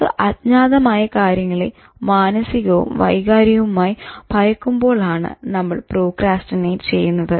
നമുക്ക് അജ്ഞാതമായ കാര്യങ്ങളെ മാനസികവും വൈകാരികവുമായ് ഭയക്കുമ്പോൾ ആണ് നമ്മൾ പ്രോക്രാസ്റ്റിനേറ്റ് ചെയ്യുന്നത്